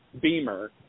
Beamer